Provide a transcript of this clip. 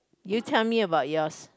you tell me about yours